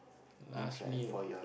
last meal